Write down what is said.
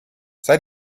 seit